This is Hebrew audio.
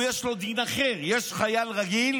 הוא, יש לו דין אחר, יש חייל רגיל